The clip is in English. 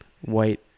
white